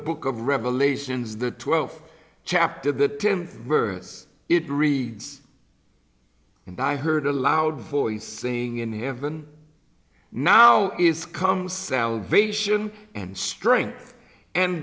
book of revelations the twelfth chapter of the tim verse it reads and i heard a loud voice saying in heaven now is come salvation and strength and